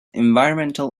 environmental